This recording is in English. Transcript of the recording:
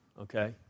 okay